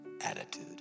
attitude